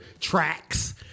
tracks